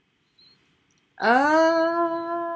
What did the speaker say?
ah